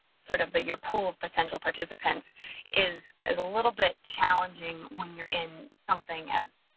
sort of, the your pool of potential participants is is a little bit challenging when you're in something as